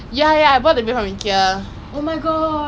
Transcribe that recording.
oh they paint it right or something